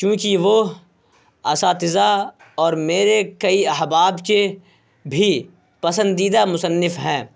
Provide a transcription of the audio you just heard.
کیوںکہ وہ اساتذہ اور میرے کئی احباب کے بھی پسندیدہ مصنف ہیں